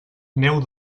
neu